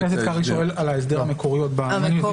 הכנסת קרעי שואל על ההסדר המקורי עוד --- המקורי.